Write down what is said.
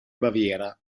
baviera